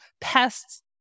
pests